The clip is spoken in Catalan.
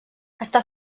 està